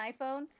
iPhone